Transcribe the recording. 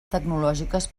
tecnològiques